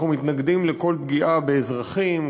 אנחנו מתנגדים לכל פגיעה באזרחים,